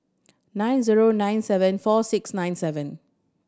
nine zero nine seven four six nine seven